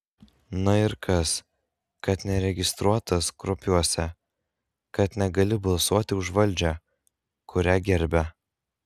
na ir kas kad neregistruotas kruopiuose kad negali balsuoti už valdžią kurią gerbia